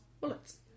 bullets